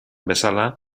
bezala